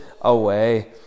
away